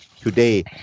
Today